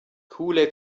coole